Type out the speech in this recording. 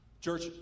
Church